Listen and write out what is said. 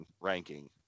ranking